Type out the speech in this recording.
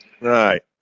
right